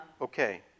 Okay